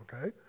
okay